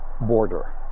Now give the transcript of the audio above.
border